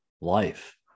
life